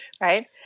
Right